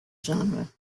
genre